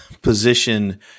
position